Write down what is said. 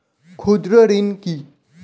ক্ষুদ্র ঋণ কি?